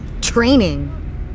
Training